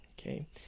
okay